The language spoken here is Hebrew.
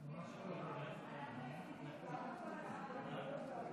קודם כול מסתבר שכאשר אומרים "צפונית" זה לאו דווקא צפון תל אביב,